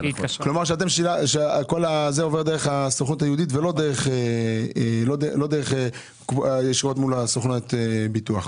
כלומר כל זה עובר דרך הסוכנות היהודית ולא ישירות מול סוכנויות הביטוח.